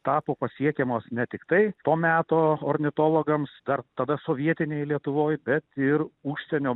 tapo pasiekiamos ne tiktai to meto ornitologams dar tada sovietinėj lietuvoj bet ir užsienio